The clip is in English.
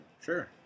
Sure